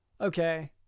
Okay